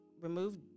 remove